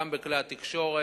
גם בכלי התקשורת